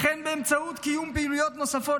וכן באמצעות קיום פעילויות נוספות